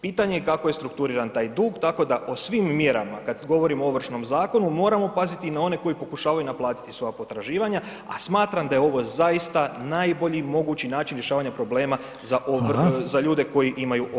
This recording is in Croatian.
Pitanje je kako je strukturiran taj dug, tako da o svim mjerama, kada govorimo o Ovršnom zakonu moramo paziti i na one koji pokušavaju naplatiti svoja potraživanja, a smatram da je ovo zaista najbolji mogući način rješavanja problema za [[Upadica: Hvala.]] ljude koji imaju ovrhe.